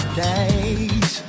days